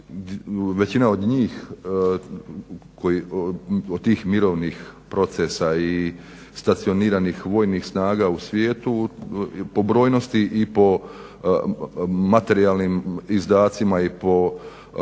većina od njih, od tih mirovnih procesa i stacioniranih vojnih snaga u svijetu po brojnosti i po materijalnim izdacima i po potpori